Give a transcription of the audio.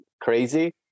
crazy